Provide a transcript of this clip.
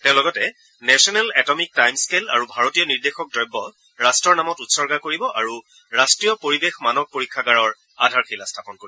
তেওঁ লগতে national atomic timescale আৰু ভাৰতীয় নিৰ্দেশক দ্ৰব্য ৰাট্টৰ নামত উৎসৰ্গা কৰিব আৰু ৰাষ্ট্ৰীয় পৰিৱেশ মানক পৰীক্ষাগাৰৰ আধাৰশিলা স্থাপন কৰিব